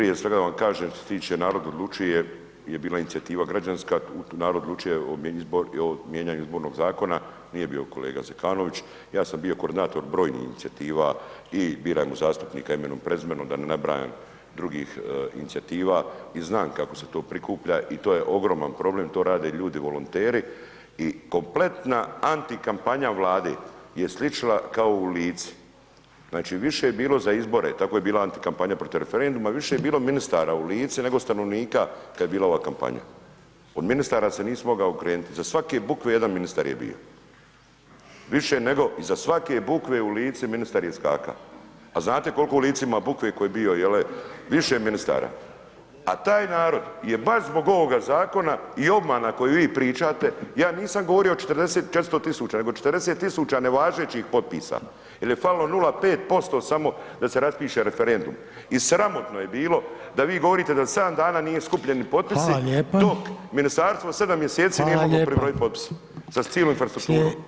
Prije svega vam kažem što se tiče Narod odlučuje je bila inicijativa građanska, narod odlučuje o mijenjanju izbornog zakona, nije bio kolega Zekanović, ja sam bio koordinator brojnih inicijativa i Birajmo zastupnika imenom i prezimenom, da ne nabrajam drugih inicijativa i znam kako se to prikuplja i to je ogroman problem, to rade ljudi volonteri i kompletna antikampanja Vlade je sličila kao u Lici, znači, više je bilo za izbore, tako je bila antikampanja protiv referenduma, više je bilo ministara u Lici, nego stanovnika kad je bila ova kampanja, od ministara se nisi mogao okrenuti, iza svake bukve jedan ministar je bio, više nego, iza svake bukve je u Lici ministar je iskaka, a znate koliko u Lici ima bukve koji je bio, jel više ministara, a taj narod je baš zbog ovoga zakona i obmana koje vi pričate, ja nisam govorio o 400 000, nego 40 000 nevažećih potpisa jer je falilo 0,5% samo da se raspiše referendum, i sramotno je bilo da vi govorite da sedam dana nije skupljeni potpisi, dok Ministarstvo sedam mjeseci nije moglo pribrojit potpise sa cilom infrastrukturom.